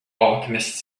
alchemist